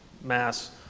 mass